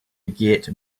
get